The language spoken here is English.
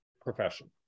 profession